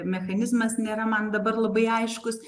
mechanizmas nėra man dabar labai aiškus